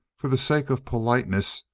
for the sake of politeness,